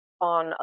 on